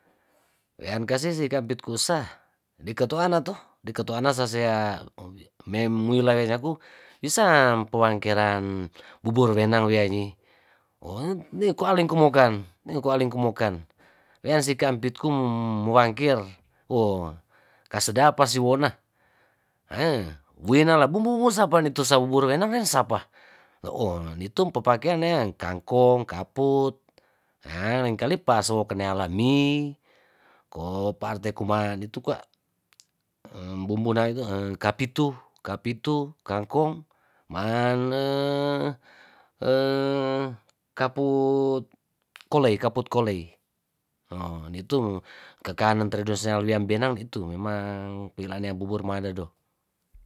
Wean kase si kampit kusa diketoana toh diketoana sasea owi memwila nenyaku wisam pewangkelan bubur wenang wiaini onde koaleng kumokan koaleng kumokan weansi kampit kum mowangkir wo kasedapasi wona haa wenala bumbu tusapane tusa bubur wenang wen sapa ohh nitum papakeang nian kangkong, kaput, ahh lengkali paso keanala mi ko paarte kumaan itu kwa bumbunau itu kapitu kapitu kangkong man kaput kolei kaput kolei haa itu kekanan tradisional wiam benang itu memang pilanea bubur manado